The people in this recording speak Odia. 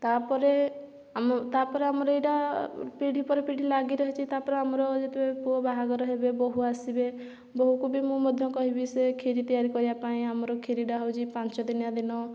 ତା ପରେ ଆମ ତା ପରେ ଆମର ଏଇଟା ପିଢ଼ୀ ପରେ ପିଢ଼ୀ ଲାଗି ରହିଛି ତା ପରେ ଆମର ଯେତେବେଳେ ପୁଅ ବାହାଘର ହେବେ ବୋହୁ ଆସିବେ ବୋହୁକୁ ବି ମୁଁ ମଧ୍ୟ କହିବି ସେ କ୍ଷିରି ତିଆରି କରିବା ପାଇଁ ଆମର କ୍ଷିରିଟା ହେଉଛି ପାଞ୍ଚ ଦିନିଆ ଦିନ